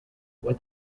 what